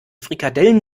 frikadellen